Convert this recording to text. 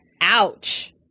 ouch